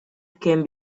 can